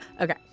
Okay